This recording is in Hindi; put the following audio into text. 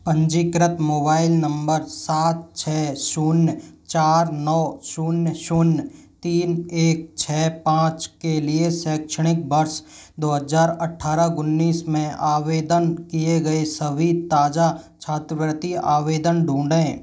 पंजीकृत मोबाइल नंबर सात छः शून्य चार नौ शून्य शून्य तीन एक छः पाँच के लिए शैक्षणिक वर्ष दो हज़ार अठरह उन्नीस में आवेदन किए गए सभी ताज़ा छात्रवृति आवेदन ढूँढें